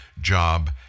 job